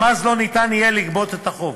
גם אז לא יהיה אפשר לגבות את החוב.